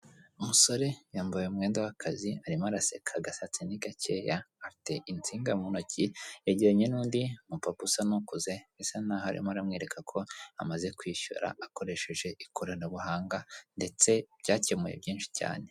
Umusore yambaye umwenda w'akazi arimo araseka agasatsi ni gakeya, afite insinga mu ntoki, yegeranye n'undi mupapa usa n'ukuze bisa n'aho arimo aramwereka ko amaze kwishyura akoresheje ikoranabuhanga ndetse byakemuye byinshi cyane.